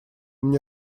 мне